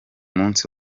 munsi